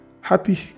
Happy